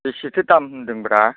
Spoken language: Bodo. बेसेथो दाम होन्दों ब्रा